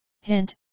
hint